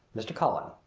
mr. cullen.